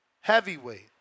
heavyweight